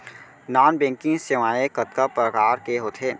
non banking सेवाएं कतका प्रकार के होथे